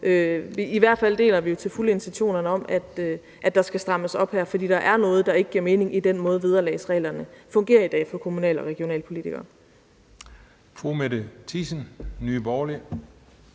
i hvert fald deler vi til fulde intentionerne om, at der skal strammes op her, for der er noget i den måde, vederlagsreglerne fungerer på for kommunal- og regionalkommunalpolitikere